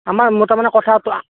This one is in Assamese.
আমাৰ মোৰ তাৰমানে কঠীয়াটো